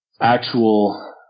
actual –